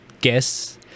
guess